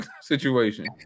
situation